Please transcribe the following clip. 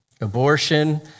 Abortion